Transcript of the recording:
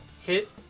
hit